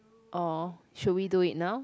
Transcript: or should we do it now